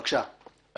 בבקשה,